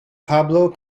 pablo